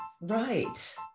Right